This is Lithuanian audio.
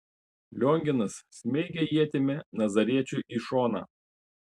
lionginas smeigė ietimi nazariečiui į šoną